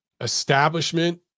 Establishment